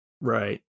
right